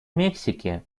мексики